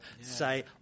say